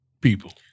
people